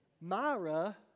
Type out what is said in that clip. Myra